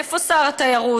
איפה שר התיירות,